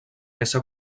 ésser